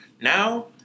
now